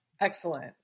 Excellent